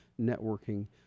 networking